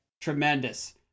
Tremendous